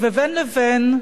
ובין לבין,